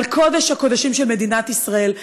על קודש-הקודשים של מדינת ישראל,